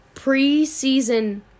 Pre-season